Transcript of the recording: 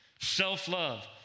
Self-love